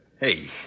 Hey